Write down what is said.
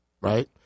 Right